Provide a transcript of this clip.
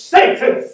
Satan